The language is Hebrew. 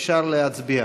אפשר להצביע.